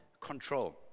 control